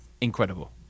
incredible